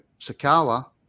Sakala